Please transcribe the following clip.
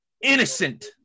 innocent